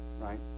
right